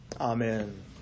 Amen